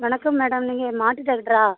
வணக்கம் மேடம் நீங்கள் மாட்டு டாக்ட்ரா